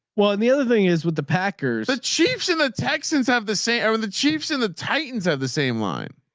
well and the other thing is with the packers the chiefs and the texans have the say over i mean the chiefs and the titans of the same line.